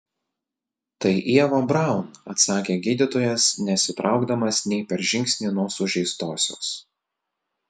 tai ieva braun atsakė gydytojas nesitraukdamas nei per žingsnį nuo sužeistosios